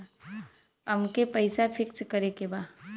अमके पैसा फिक्स करे के बा?